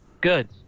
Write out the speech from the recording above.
Good